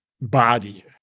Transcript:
body